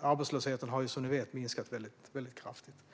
Arbetslösheten har som ni vet minskat väldigt kraftigt.